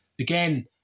again